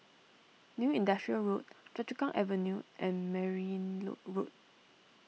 New Industrial Road Choa Chu Kang Avenue and Merryn Load Road